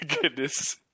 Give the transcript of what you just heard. goodness